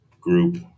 group